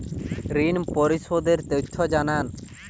ঋন পরিশোধ এর তথ্য জানান